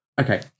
Okay